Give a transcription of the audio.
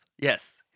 Yes